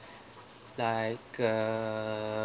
like uh